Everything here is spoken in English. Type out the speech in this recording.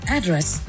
Address